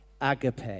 agape